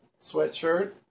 sweatshirt